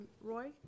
Roy